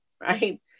right